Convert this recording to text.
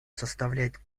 составляет